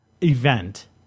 event